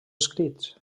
escrits